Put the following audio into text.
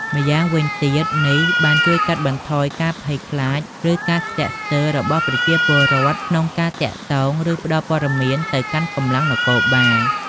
ម្យ៉ាងវិញទៀត នេះបានជួយកាត់បន្ថយការភ័យខ្លាច ឬការស្ទាក់ស្ទើររបស់ប្រជាពលរដ្ឋក្នុងការទាក់ទង ឬផ្ដល់ព័ត៌មានទៅកាន់កម្លាំងនគរបាល។